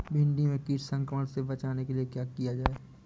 भिंडी में कीट संक्रमण से बचाने के लिए क्या किया जाए?